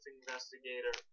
investigator